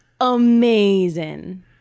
amazing